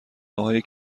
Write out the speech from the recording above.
های